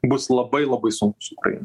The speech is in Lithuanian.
bus labai labai sunkūs ukrainai